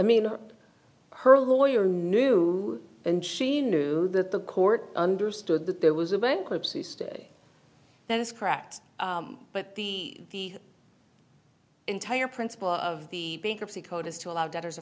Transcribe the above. mean her lawyer knew and she knew that the court understood that there was a bankruptcy stay that is cracked but the entire principle of the bankruptcy code is to allow debtors a